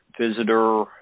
Visitor